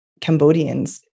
Cambodians